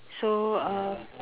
so uh